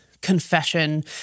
Confession